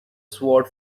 sword